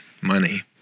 money